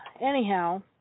Anyhow